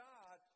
God